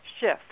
shift